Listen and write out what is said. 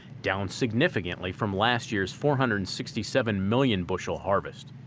down significantly from last year's four hundred and sixty seven million bushel harvest.